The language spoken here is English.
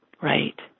Right